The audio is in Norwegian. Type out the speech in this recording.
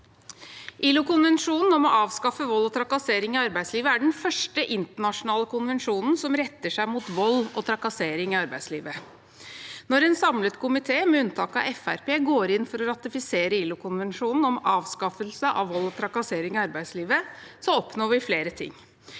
ILO-konvensjon nr. 190 om avskaffelse av vold og trakassering i arbeidslivet er den første internasjonale konvensjonen som retter seg mot vold og trakassering i arbeidslivet. Når en samlet komité med unntak av Fremskrittspartiet går inn for å ratifisere ILO-konvensjonen om avskaffelse av vold og trakassering i arbeidslivet, oppnår vi flere ting.